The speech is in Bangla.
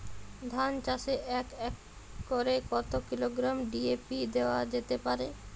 ধান চাষে এক একরে কত কিলোগ্রাম ডি.এ.পি দেওয়া যেতে পারে?